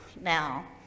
now